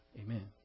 Amen